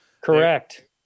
Correct